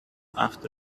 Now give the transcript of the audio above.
after